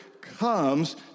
comes